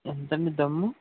ఎంతండి ధమ్